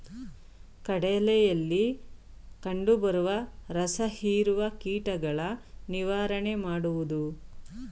ಕಡಲೆಯಲ್ಲಿ ಕಂಡುಬರುವ ರಸಹೀರುವ ಕೀಟಗಳ ನಿವಾರಣೆ ಮಾಡುವುದು ಹೇಗೆ?